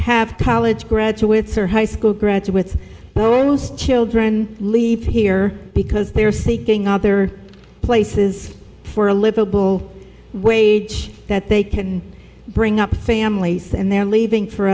have college graduates or high school graduates but almost children leave here because they are seeking other places for a livable wage that they can bring up families and then leaving for